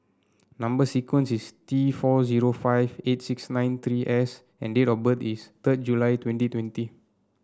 number sequence is T four zero five eight six nine three S and date of birth is third July twenty twenty